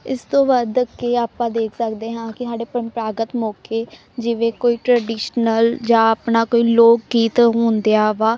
ਇਸ ਤੋਂ ਬਾਅਦ ਅੱਗੇ ਆਪਾਂ ਦੇਖ ਸਕਦੇ ਹਾਂ ਕਿ ਸਾਡੇ ਪ੍ਰੰਪਰਾਗਤ ਮੌਕੇ ਜਿਵੇਂ ਕੋਈ ਟਰੈਡੀਸ਼ਨਲ ਜਾਂ ਆਪਣਾ ਕੋਈ ਲੋਕ ਗੀਤ ਹੁੰਦੇ ਆ ਵਾ